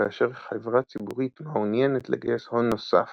כאשר חברה ציבורית מעוניינת לגייס הון נוסף/חוב,